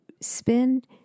spend